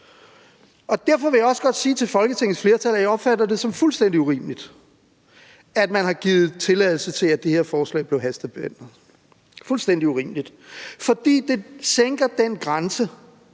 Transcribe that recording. Derfor vil jeg også godt sige til Folketingets flertal, at jeg opfatter det som fuldstændig urimeligt, at man har givet tilladelse til, at det her forslag blev hastebehandlet – fuldstændig urimeligt – for det sænker den grænse